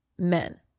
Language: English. men